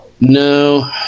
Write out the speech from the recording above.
no